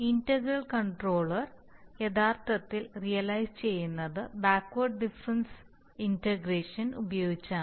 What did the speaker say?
integral controller യഥാർത്ഥത്തിൽ realise ചെയ്യുന്നത് backward difference integration ഉപയോഗിച്ചാണ്